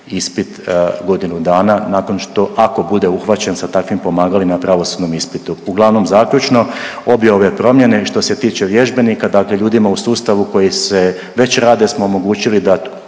ispit godinu dana, nakon što, ako bude uhvaćen sa takvim pomagalima na pravosudnom ispitu. Uglavnom, zaključno, obje ove promjene, i što se tiče vježbenika, dakle ljudima u sustavu koji se već rade smo omogućili da,